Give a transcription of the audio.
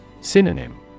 Synonym